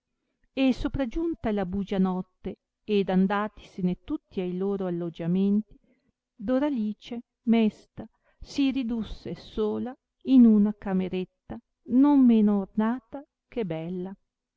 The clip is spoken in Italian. e sopragiunta la bugia notte ed andatisene tutti ai loro alloggiamenti doralice mesta si ridusse sola in una cameretta non meno ornata che bella